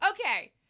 Okay